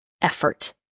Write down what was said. effort